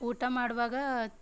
ಊಟ ಮಾಡುವಾಗ